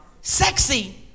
Sexy